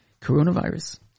coronavirus